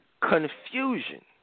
confusion